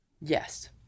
yes